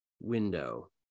window